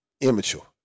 immature